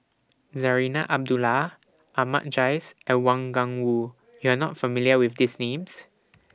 Zarinah Abdullah Ahmad Jais and Wang Gungwu YOU Are not familiar with These Names